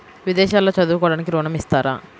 విదేశాల్లో చదువుకోవడానికి ఋణం ఇస్తారా?